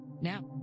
Now